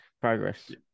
progress